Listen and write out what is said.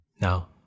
now